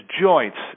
joints